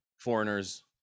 foreigners